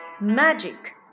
Magic